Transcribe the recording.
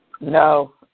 no